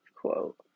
quote